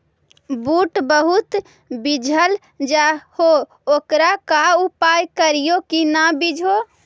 बुट बहुत बिजझ जा हे ओकर का उपाय करियै कि न बिजझे?